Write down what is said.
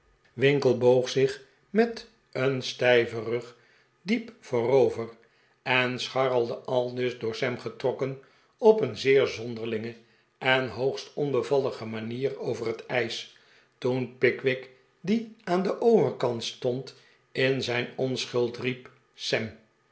winkle boog zich met een stijven rug diep voorover en scharrelde aldus door sam getrokken op een zeer zonderlinge en hoogst onbevallige manier over het ijs toen pickwick die aan den oveirkant stond in zijn onschuld riep sam